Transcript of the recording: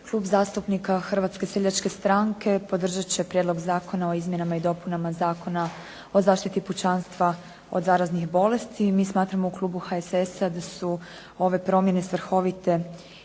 Klub zastupnika Hrvatske seljačke stranke podržati će Prijedlog zakona o izmjenama i dopunama Zakona o zaštiti pučanstva od zaraznih bolesti i mi smatramo u klubu HSS-a da su ove promjene svrhovite i